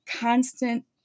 constant